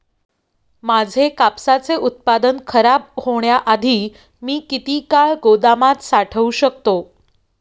माझे कापसाचे उत्पादन खराब होण्याआधी मी किती काळ गोदामात साठवू शकतो?